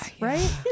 right